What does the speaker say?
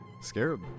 Scarab